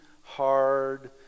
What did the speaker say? hard